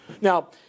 Now